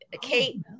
Kate